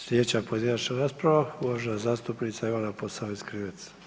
Sljedeća pojedinačna rasprava, uvažena zastupnica Ivana Posavec